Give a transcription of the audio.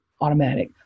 automatic